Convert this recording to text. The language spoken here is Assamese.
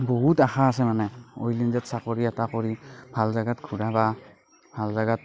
বহুত আশা আছে মানে অইল ইণ্ডিয়াত চাকৰি এটা কৰি ভাল জেগাত ঘুৰা বা ভাল জেগাত